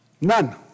None